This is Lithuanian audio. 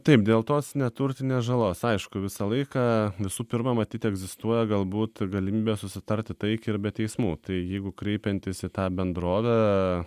taip dėl tos neturtinės žalos aišku visą laiką visų pirma matyt egzistuoja galbūt galimybė susitarti taikiai ir be teismų tai jeigu kreipiantis į tą bendrovę